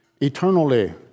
eternally